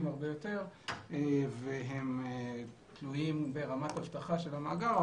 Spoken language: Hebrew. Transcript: הרבה יותר והם תלויים ברמת אבטחה של המאגר.